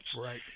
Right